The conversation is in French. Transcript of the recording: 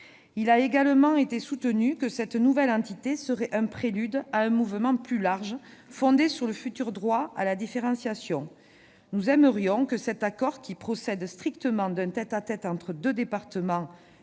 Il a également été soutenu que cette nouvelle entité serait un prélude à un mouvement plus large fondé sur le futur droit à la différenciation. Nous aimerions que cet accord, qui procède strictement d'un tête-à-tête entre deux départements,